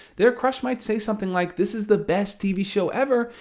their crush might say something like this is the best tv show ever!